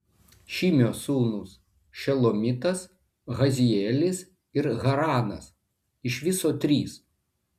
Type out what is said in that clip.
šimio sūnūs šelomitas hazielis ir haranas iš viso trys